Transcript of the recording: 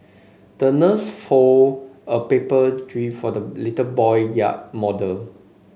the nurse fold a paper jib for the little boy yacht model